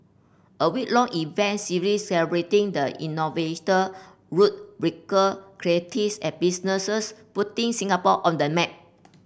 a week long event series celebrating the innovator rule breaker creatives and businesses putting Singapore on the map